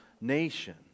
nation